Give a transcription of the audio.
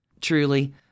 Truly